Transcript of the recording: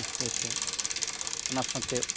ᱨᱟᱹᱥᱠᱟᱹᱭᱟᱠᱚ ᱚᱱᱟ ᱥᱟᱶᱛᱮ